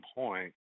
point